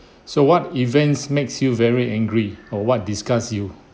so what events makes you very angry or what disgusts you